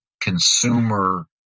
consumer